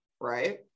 right